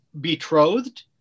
betrothed